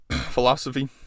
philosophy